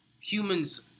Humans